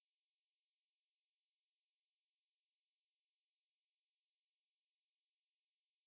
இவங்க எல்லாம் சூடு சொரணை இல்லாதவங்க:ivnga ellaam sudu soranai illathavanga lah தெரியாதா:theriyaathaa